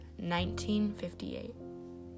1958